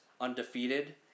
undefeated